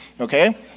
okay